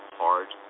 hard